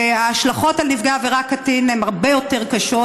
וההשלכות על נפגע העבירה הקטין הן הרבה יותר קשות.